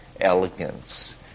elegance